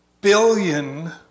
billion